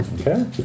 Okay